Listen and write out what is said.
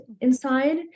inside